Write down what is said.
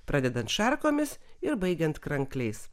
pradedant šarkomis ir baigiant krankliais